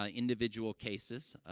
ah individual cases,